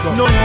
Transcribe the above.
no